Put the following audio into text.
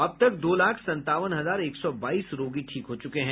अब तक दो लाख संतावन हजार एक सौ बाईस रोगी ठीक हो चुके हैं